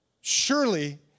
surely